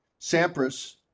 Sampras